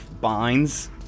binds